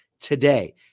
today